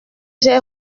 j’ai